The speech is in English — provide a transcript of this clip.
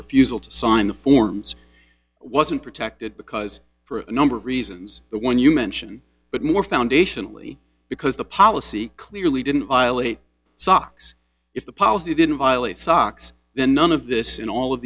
refusal to sign the forms wasn't protected because for a number of reasons the one you mention but more foundationally because the policy clearly didn't violate sox if the policy didn't violate sox then none of this in all of